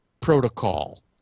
protocol